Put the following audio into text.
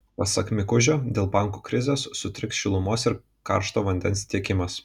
pasak mikužio dėl bankų krizės sutriks šilumos ir karšto vandens tiekimas